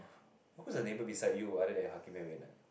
who's the neighbour beside you other than Hakim and Reina